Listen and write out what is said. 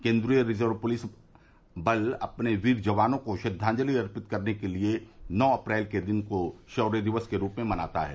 केन्द्रीय reserve police बल अपने वीर जवानों को श्रद्वांजलि अर्पित करने के लिए नौ अप्रैल के दिन को शौर्य दिवस के रूप में मनाता है